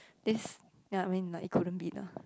this ya I mean like it couldn't be lah